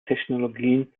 technologien